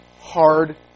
hard